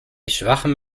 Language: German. schwachem